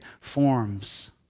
forms